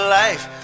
life